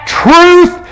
truth